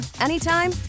anytime